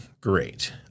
great